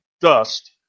dust